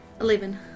Eleven